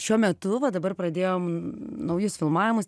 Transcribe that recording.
šiuo metu va dabar pradėjom naujus filmavimus